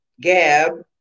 Gab